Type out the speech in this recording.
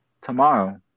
tomorrow